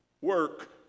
work